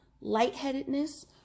lightheadedness